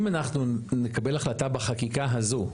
אם אנחנו נקבל החלטה בחקיקה הזו,